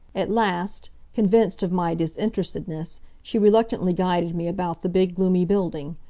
at last, convinced of my disinterestedness she reluctantly guided me about the big, gloomy building.